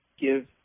give